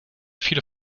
viele